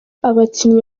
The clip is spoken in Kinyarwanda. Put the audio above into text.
abakinnyi